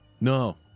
No